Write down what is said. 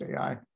AI